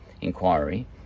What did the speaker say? inquiry